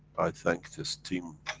i thank this team,